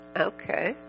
Okay